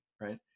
right